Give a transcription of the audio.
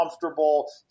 comfortable